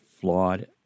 flawed